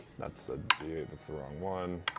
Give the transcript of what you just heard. that's a d eight. that's wrong one.